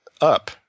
up